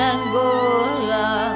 Angola